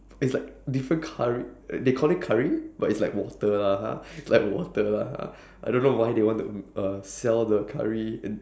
it's like different curr~ they call it curry but it's like water lah it's like water lah I don't know why they want to uh sell the curry in